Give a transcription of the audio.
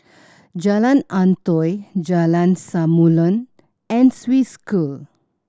Jalan Antoi Jalan Samulun and Swiss School